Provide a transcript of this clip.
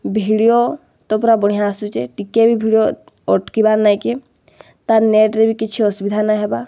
video ତ ପୁରା ବଢ଼ିଆଁ ଆସୁଚେ ଟିକେ ବି ଭିଡ଼ିଓ ଅଟ୍କିବାର୍ ନାଇଁ କି ତାର୍ ନେଟ୍ରେ ବି କିଛି ଅସୁବିଧା ନାଇଁ ହେବା